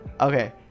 Okay